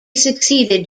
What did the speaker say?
succeeded